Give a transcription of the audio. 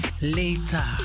later